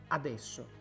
adesso